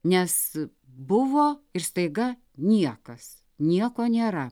nes buvo ir staiga niekas nieko nėra